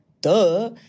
Duh